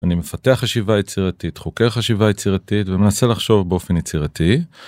אני מפתח חשיבה יצירתית, חוקר חשיבה יצירתית ומנסה לחשוב באופן יצירתי.